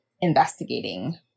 investigating